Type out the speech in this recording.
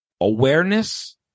awareness